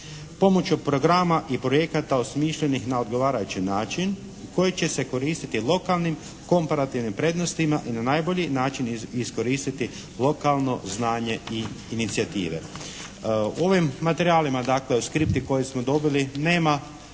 pomoću programa i projekta osmišljenih na odgovarajući način koji će se koristiti lokalnim komparativnim prednostima i na najbolji način iskoristiti lokalno znanje i inicijative. Ovim materijalima dakle u skripti koju smo dobili nema